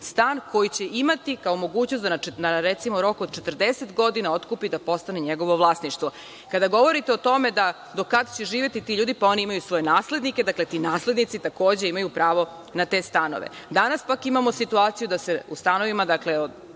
stan, koji će imati kao mogućnost rok od 40 godina, da ga otkupi i da postane njegovo vlasništvo. Kada govorite o tome do kad će živeti ti ljudi, oni imaju svoje naslednike i ti naslednici takođe imaju pravo na te stanove. Danas, pak, imamo situaciju da se u stanovima gde